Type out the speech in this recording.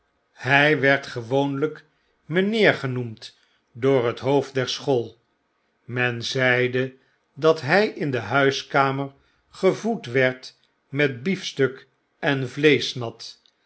hy werd gewoonlijk mijnheer genoemd door het hoofd der school men zeide dat hy in de huiskamer gevoed werd met biefstuk en vleeschnat